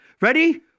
Ready